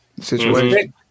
situation